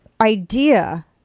idea